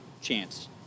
chance